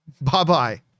bye-bye